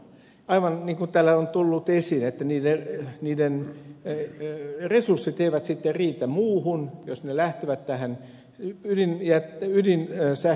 aivan niin kun täällä on tullut esiin niiden resurssit eivät sitten riitä muuhun jos ne lähtevät tähän ydinsähkön ostamiseen